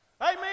Amen